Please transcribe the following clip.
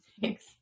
Thanks